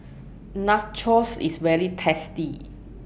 Nachos IS very tasty